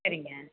சரிங்க